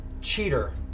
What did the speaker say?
cheater